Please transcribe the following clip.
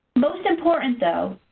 most important though,